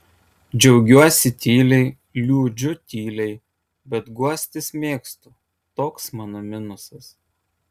džiaugiuosi tyliai liūdžiu tyliai bet guostis mėgstu toks mano minusas